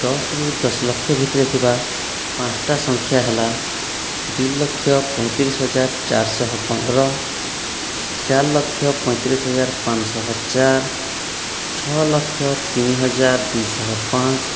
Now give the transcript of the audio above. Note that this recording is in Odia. ଦଶରୁ ଦଶଲକ୍ଷ ଭିତରେ ଥିବା ପାଞ୍ଚଟା ସଂଖ୍ୟା ହେଲା ଦୁଇଲକ୍ଷ ପଇଁତିରିଶହଜାର ଚାରିଶହ ପନ୍ଦର ଚାରିଲକ୍ଷ ପଇଁତିରିଶ ହଜାର ପାଞ୍ଚଶହ ଚାରି ଛଅଲକ୍ଷ ତିନିହଜାର ଦୁଇଶହ ପାଞ୍ଚ